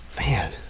Man